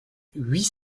huit